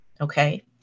okay